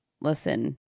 listen